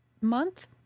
month